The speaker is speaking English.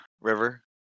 river